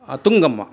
Tungamma